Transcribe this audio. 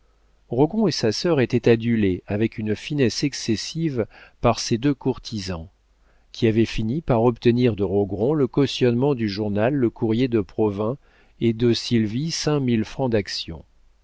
rogron et sa sœur étaient adulés avec une finesse excessive par ces deux courtisans qui avaient fini par obtenir de rogron le cautionnement du journal le courrier de provins et de sylvie cinq mille francs d'actions